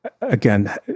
again